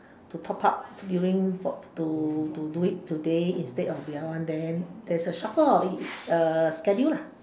to top up during for to to do it today instead of the other one then there's a shuffle of it uh schedule lah